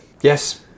Yes